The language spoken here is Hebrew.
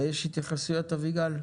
יש התייחסויות, אביגל?